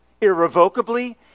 irrevocably